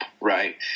right